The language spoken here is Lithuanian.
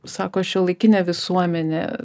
sako šiuolaikinė visuomenė